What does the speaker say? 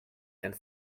and